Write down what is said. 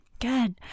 Good